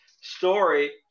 story